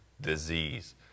disease